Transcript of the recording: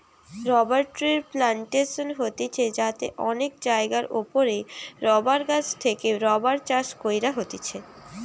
rubber ট্রির plantation হতিছে যাতে অনেক জায়গার ওপরে রাবার গাছ থেকে রাবার চাষ কইরা হতিছে